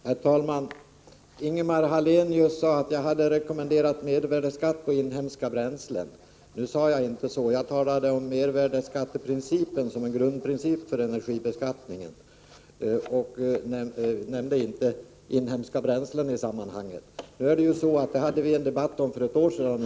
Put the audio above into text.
Herr talman! Ingemar Hallenius sade att jag hade rekommenderat mervärdeskatt på inhemska bränslen. Nu sade jag inte så. Jag talade om mervärdeskatteprincipen som en grundprincip för energibeskattningen och nämnde inte inhemska bränslen i det sammanhanget. Vi hade en debatt i den frågan för ungefär ett år sedan.